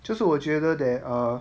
就是我觉得 that are